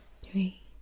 three